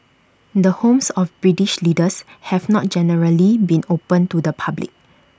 the homes of British leaders have not generally been open to the public